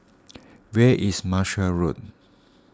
where is Marshall Road